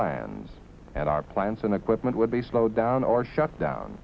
lands and our plants and equipment would be slowed down or shut down